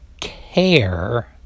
care